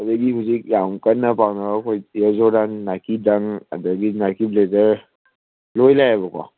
ꯑꯗꯒꯤ ꯍꯧꯖꯤꯛ ꯌꯥꯝꯀꯟꯅ ꯄꯥꯝꯅꯔꯛꯄ ꯑꯩꯈꯣꯏ ꯏꯌꯔ ꯖꯣꯔꯗꯥꯟ ꯅꯥꯏꯀꯤ ꯗꯪ ꯑꯗꯒꯤ ꯅꯥꯏꯀꯤ ꯂꯦꯗꯔ ꯂꯣꯏ ꯂꯥꯛꯑꯦꯕꯀꯣ